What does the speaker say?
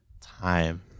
time